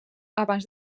abans